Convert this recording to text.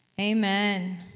Amen